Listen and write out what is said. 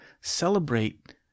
celebrate